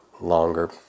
longer